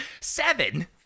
Seven